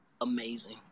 amazing